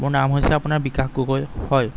মোৰ নাম হৈছে আপোনাৰ বিকাশ গগৈ হয়